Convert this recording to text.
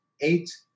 eight